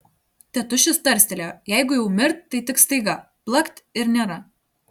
tėtušis tarstelėjo jeigu jau mirt tai tik staiga blakt ir nėra